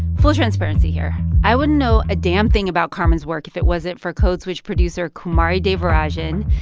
full transparency here i wouldn't know a damn thing about carmen's work if it wasn't for code switch producer kumari devarajan.